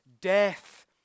death